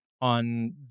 on